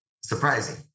surprising